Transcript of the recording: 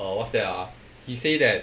err what's that ah he say that